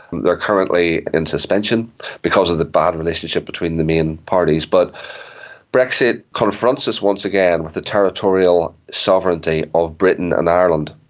they're currently in suspension because of the bad relationship between the main parties, but brexit confronts us once again with the territorial sovereignty of britain and ireland,